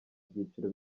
byiciro